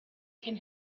can